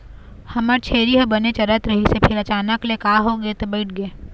हमर छेरी ह बने चरत रहिस हे फेर अचानक ले का होगे ते बइठ गे